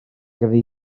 ganddi